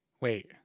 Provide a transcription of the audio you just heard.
Wait